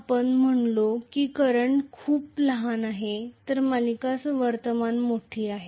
आपण म्हणालो की करंट खूप लहान आहे तर सिरीज करंट मोठी आहे